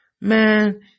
Man